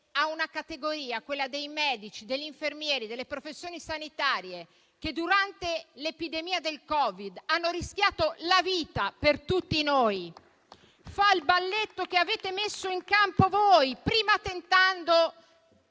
a una categoria come quella dei medici, degli infermieri e delle professioni sanitarie, che durante l'epidemia del Covid hanno rischiato la vita per tutti noi, fa il balletto che avete messo in campo voi (prima tentando